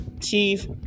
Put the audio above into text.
chief